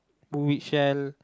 which held